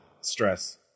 stress